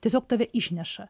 tiesiog tave išneša